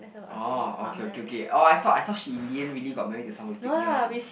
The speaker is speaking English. oh okay okay okay orh I thought I thought she in the end really got married with someone with big ears